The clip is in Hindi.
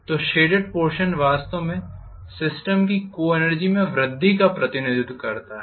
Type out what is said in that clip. तो शेडेड पोर्षन वास्तव में सिस्टम की को एनर्जी में वृद्धि का प्रतिनिधित्व करता है